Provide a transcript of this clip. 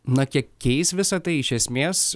na kiek keis visa tai iš esmės